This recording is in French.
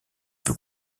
put